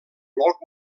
bloc